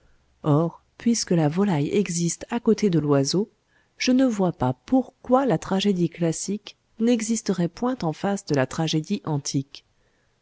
or puisque la volaille existe à côté de l'oiseau je ne vois pas pourquoi la tragédie classique n'existerait point en face de la tragédie antique